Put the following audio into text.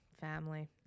family